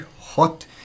hot